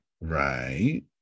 right